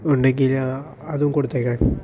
ഉണ്ടെങ്കിൽ അതും കൊടുത്തയക്കണേ